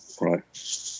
Right